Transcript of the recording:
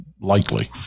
likely